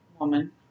woman